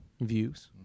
Views